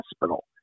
Hospital